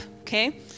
okay